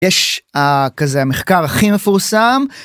יש כזה המחקר הכי מפורסם.